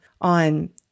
on